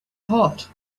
hot